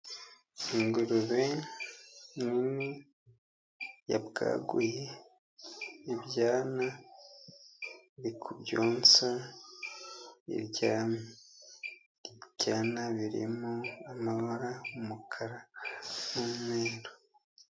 Ingurube nini yabwaguye ibyana, iri kubyonsa iryamye. Ibyana birimo amabara umukara n'umweru.